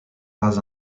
pas